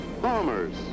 bombers